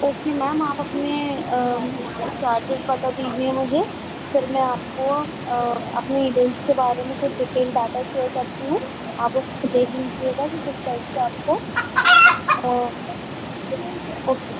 okay ma'am आप अपने charges बता दीजिए मुझे फिर मैं आपको अपने इवेंट्स के बारे में कुछ डाटा शेयर करती हूँ आप उसको देख लीजिएगा कि किस टाइप से आपको ओके